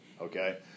okay